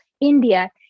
India